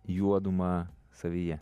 juodumą savyje